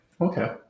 okay